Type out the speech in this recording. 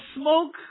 smoke